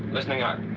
listening out.